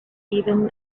even